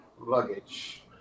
luggage